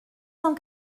cent